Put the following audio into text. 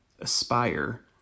Aspire